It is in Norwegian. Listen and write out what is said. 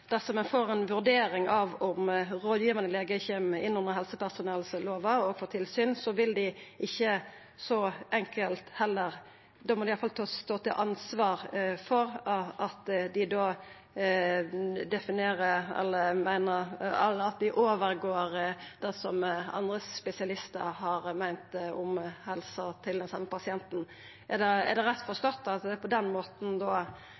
dersom ein får ei vurdering om at rådgivande legar kjem inn under helsepersonellova og får tilsyn, må dei i alle fall stå til ansvar for at dei overprøver det som andre spesialistar har meint om helsa til den same pasienten. Er det rett forstått? Er det på den måten